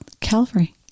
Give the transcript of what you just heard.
Calvary